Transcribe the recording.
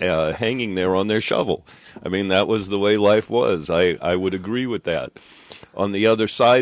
hanging there on their shovel i mean that was the way life was i would agree with that on the other side